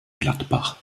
gladbach